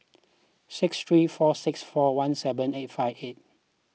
six three four six four one seven eight five eight